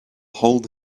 hold